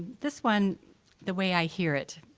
this one the way i hear it,